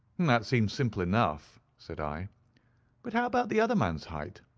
and that seems simple enough, said i but how about the other man's height?